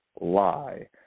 lie